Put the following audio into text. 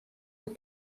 mit